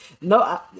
No